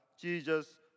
Jesus